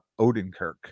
Odenkirk